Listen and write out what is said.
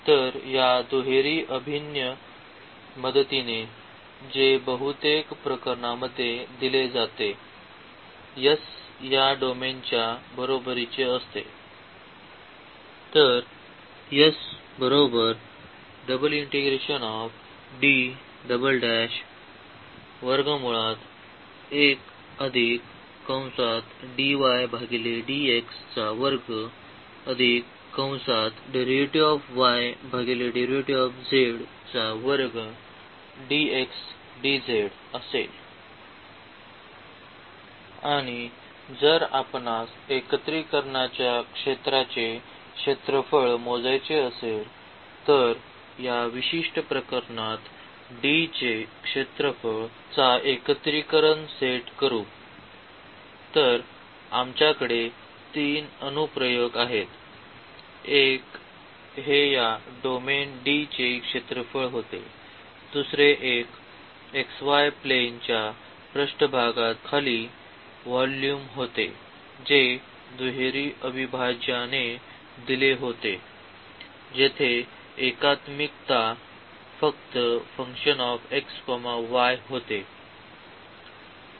तर या दुहेरी अभिन्न मदतीने जे बहुतेक प्रकरणांमध्ये दिले जाते S या डोमेनच्या बरोबरीचे असते आणि जर आपणास एकत्रीकरणाच्या क्षेत्राचे क्षेत्रफळ मोजायचे असेल तर या विशिष्ट प्रकरणात D चे क्षेत्रफळ चा एकत्रीकरण सेट करू तर आमच्याकडे तीन अनुप्रयोग आहेत एक हे या डोमेन D चे क्षेत्रफळ होते दुसरे एक xy प्लेन च्या पृष्ठभागाखाली व्हॉल्युम होते जे पुन्हा दुहेरी अविभाज्याने दिले होते जेथे एकात्मिकता फक्त होते